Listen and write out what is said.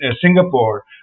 Singapore